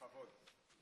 בכבוד.